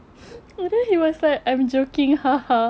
and then he was like I'm joking